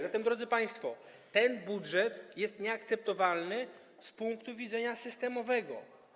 Zatem, drodzy państwo, ten budżet jest nieakceptowalny z punktu widzenia systemowego.